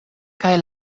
kaj